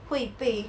会被